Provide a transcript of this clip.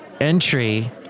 entry